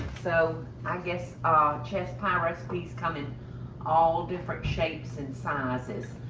so i guess ah chess pie recipes come in all different shapes and sizes.